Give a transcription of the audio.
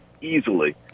easily